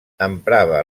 emprava